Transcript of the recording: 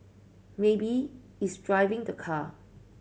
maybe it's driving the car